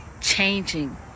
changing